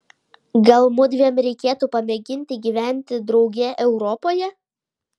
gal mudviem reikėtų pamėginti gyventi drauge europoje